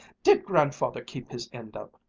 did grandfather keep his end up?